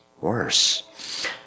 worse